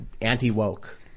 anti-woke